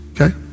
Okay